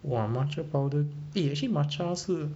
!wah! matcha powder eh actually matcha 是